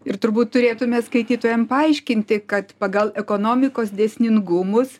ir turbūt turėtume skaitytojam paaiškinti kad pagal ekonomikos dėsningumus